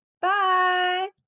Bye